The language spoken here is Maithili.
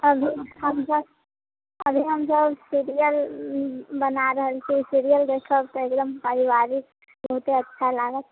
अब हमसब अभी हमसब सीरियल बनाए रहल छियै सीरियल देखब त एकदम पारिवारिक बहुते अच्छा लागत